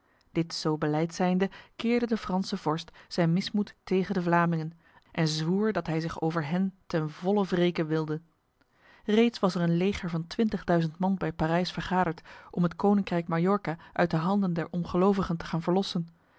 dit zo beleid zijnde keerde de franse vorst zijn mismoed tegen de vlamingen en zwoer dat hij zich over hen ten volle wreken wilde reeds was er een leger van twintigduizend man bij parijs vergaderd om het koninkrijk majorca uit de handen der ongelovigen te gaan verlossen